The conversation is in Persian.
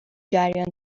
جریان